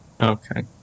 Okay